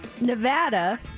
Nevada